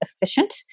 efficient